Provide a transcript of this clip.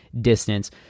distance